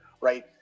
right